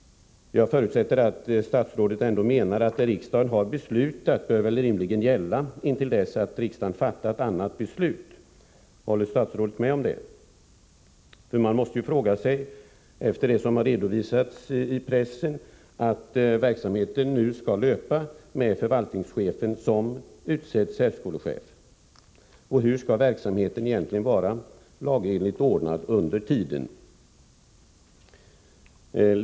Jag förutsätter att det som riksdagen har beslutat rimligen bör gälla intill dess att riksdagen fattat annat beslut. Håller statsrådet med om detta? Efter vad som har redovisats i pressen skall verksamheten nu löpa med förvaltningschefen som utsedd särskolechef. Hur skall verksamheten vara lagenligt ordnad under tiden?